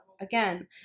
again